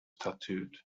tattooed